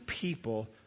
people